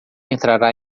entrará